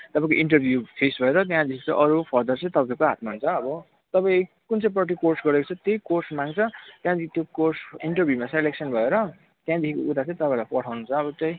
तपाईँको interview face भएर त्यहाँदेखि चाहिँ अरू फर्दर चाहिँ तपाईँको हातमा हुन्छ अब तपाईँ कुन चाहिँपट्टि कोर्स गरेको छ त्यही कोर्स माग्छ त्यहाँदेखि त्यो कोर्स इन्टरभ्यूमा सेलेक्सन भएर त्यहाँदेखि उता चाहिँ तपाईँहरूलाई पठाउँछ अब त्यही